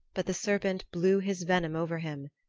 but the serpent blew his venom over him,